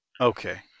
Okay